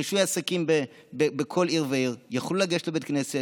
מרישוי עסקים בכל עיר ועיר יוכלו לגשת לבית הכנסת,